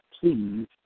please